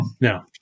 No